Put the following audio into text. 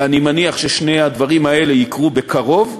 ואני מניח ששני הדברים האלה יקרו בקרוב,